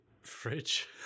fridge